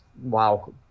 wow